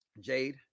Jade